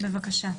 בבקשה.